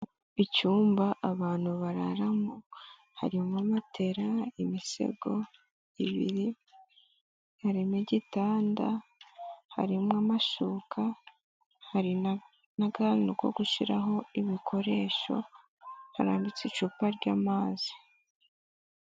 Icyumba abantu bararamo harimo matera, imisego ibiri, harimo igitanda, harimo amashuka, hari n'akantu ko gushyiraho ibikoresho, harambitse icupa ry'amazi.